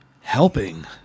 helping